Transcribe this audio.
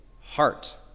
heart